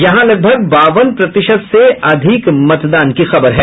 यहां लगभग बावन प्रतिशत से अधिक मतदान की खबर है